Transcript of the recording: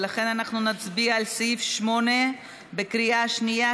ולכן אנחנו נצביע על סעיף 8 בקריאה שנייה,